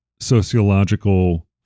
sociological